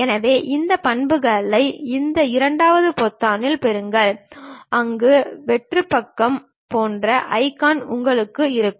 எனவே இந்த பண்புகளை இந்த இரண்டாவது பொத்தானில் பெறுவோம் அங்கு வெற்று பக்கம் போன்ற ஐகான் உங்களிடம் இருக்கும்